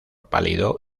pálido